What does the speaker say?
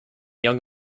young